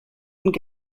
und